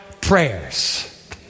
prayers